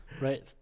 right